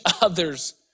other's